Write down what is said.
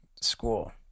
school